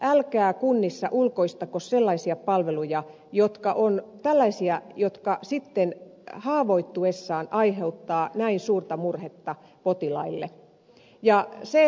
älkää kunnissa ulkoistako sellaisia palveluja jotka ovat tällaisia jotka sitten haavoittuessaan aiheuttavat näin suurta murhetta potilaille